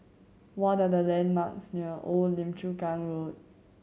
what are the landmarks near Old Lim Chu Kang Road